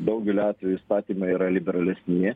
daugeliu atvejų įstatymai yra liberalesni